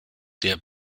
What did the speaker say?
der